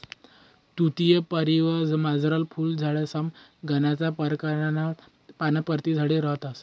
तुती परिवारमझारला फुल झाडेसमा गनच परकारना पर्णपाती झाडे रहातंस